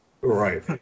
right